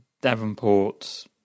Davenport